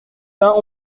vingt